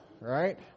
right